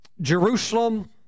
Jerusalem